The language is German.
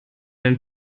einen